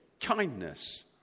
kindness